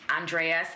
Andreas